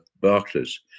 Barclays